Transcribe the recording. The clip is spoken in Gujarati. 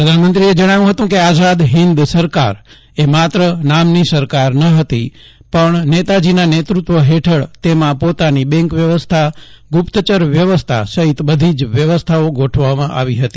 પ્રધાનમંત્રીએ જણાવ્યું હતું કે આઝાદ હિંદ સરકારએ માત્ર નામની સરકાર નહતી પણ નેતાજીના નેત્રત્વ હેઠળ તેમાં પોતાની બેંક વ્યવસ્થા ગુપ્તચર વ્યવસ્થા સહિત બધી જ વ્યવસ્થાઓ ગોઠવવામાં આવી હતી